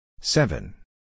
Seven